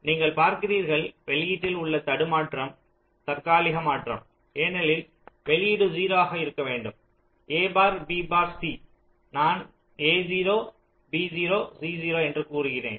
நீங்கள் பார்க்கிறீர்கள் வெளியீட்டில் உள்ள தடுமாற்றம் தற்காலிக மாற்றம் ஏனெனில் வெளியீடு 0 ஆக இருக்க வேண்டும் a bar b bar c நான் a0 b0 c0 என்று கூறுகிறேன்